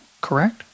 correct